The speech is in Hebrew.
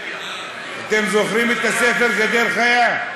אתם זוכרים את הספר "גדר חיה"?